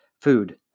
food